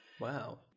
Wow